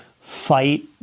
fight